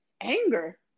anger